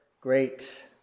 great